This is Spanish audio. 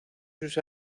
sus